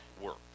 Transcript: work